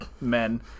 men